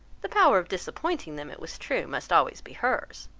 the power of disappointing them, it was true, must always be hers.